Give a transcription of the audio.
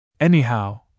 Anyhow